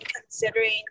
considering